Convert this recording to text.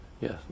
Yes